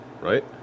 right